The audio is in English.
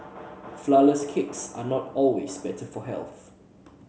flour less cakes are not always better for health